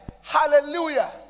Hallelujah